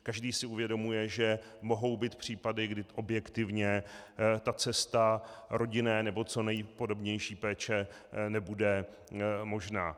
Každý si uvědomuje, že mohou být případy, kdy objektivně ta cesta rodinné nebo co nejpodobnější péče nebude možná.